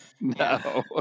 no